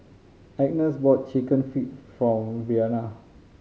Agness bought Chicken Feet for Brianna